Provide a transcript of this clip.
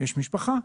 יש משפחה,